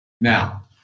Now